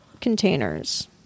containers